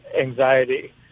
anxiety